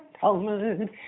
Talmud